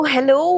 Hello